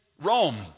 Rome